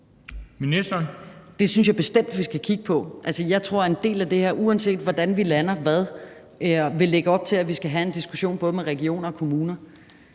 Det synes jeg bestemt vi skal kigge på. Jeg tror, at en del af det her, uanset hvordan vi lander hvad, vil lægge op til, at vi skal have en diskussion både med regioner og kommuner.